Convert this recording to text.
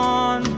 on